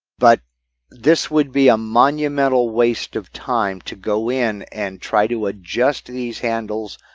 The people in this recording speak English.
but this would be a monumental waste of time to go in and try to adjust these handles.